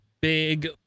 big